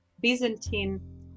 Byzantine